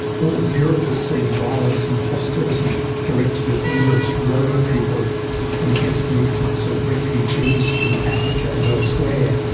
all of europe has seen violence and hostility directed at europe's roma people and against the influx of refugees from africa and elsewhere,